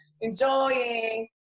enjoying